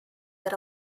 that